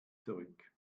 zurück